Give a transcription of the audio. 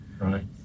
Right